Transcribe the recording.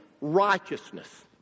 righteousness